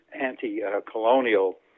anti-colonial